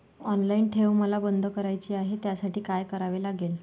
Online ठेव मला बंद करायची आहे, त्यासाठी काय करावे लागेल?